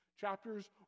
Chapters